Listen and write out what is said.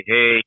Hey